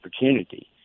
opportunity